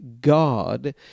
God